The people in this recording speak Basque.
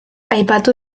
aipatu